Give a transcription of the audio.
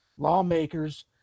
lawmakers